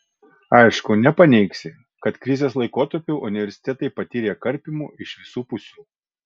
aišku nepaneigsi kad krizės laikotarpiu universitetai patyrė karpymų iš visų pusių